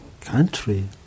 country